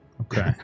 Okay